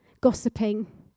gossiping